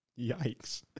Yikes